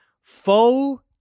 faux